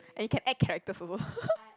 and you can add characters also